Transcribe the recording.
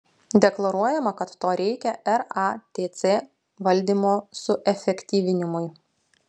deklaruojama kad to reikia ratc valdymo suefektyvinimui